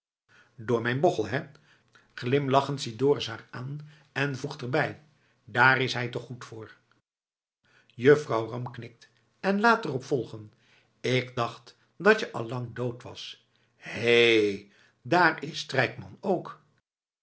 door mijn bochel hé glimlachend ziet dorus haar aan en voegt er bij daar is hij toch goed voor juffrouw ram knikt en laat er op volgen ik dacht dat je al lang dood was hé daar is strijkman ook